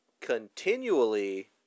continually